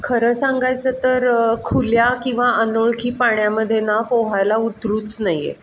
खरं सांगायचं तर खुल्या किंवा अनोळखी पाण्यामध्ये ना पोहायला उतरूच नये